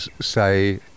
say